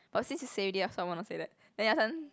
but since you say already also I want to say that then your turn